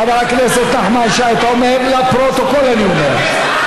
חבר הכנסת נחמן שי, לפרוטוקול, אני אומר.